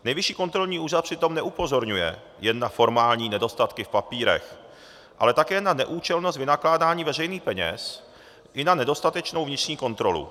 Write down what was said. Nejvyšší kontrolní úřad přitom neupozorňuje jen na formální nedostatky v papírech, ale také na neúčelnost vynakládání veřejných peněz i na nedostatečnou vnitřní kontrolu.